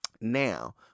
Now